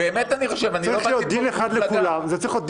צריך עוד 1 לכולם.